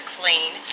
Clean